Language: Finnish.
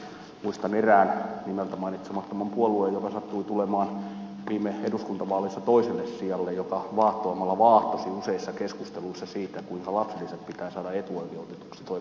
muistan erään nimeltä mainitsemattoman puolueen joka sattui tulemaan viime eduskuntavaaleissa toiselle sijalle ja joka vaahtoamalla vaahtosi useissa keskusteluissa siitä kuinka lapsilisät pitää saada etuoikeutetuksi toimeentulotukilaskelmassa